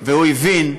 והוא הבין,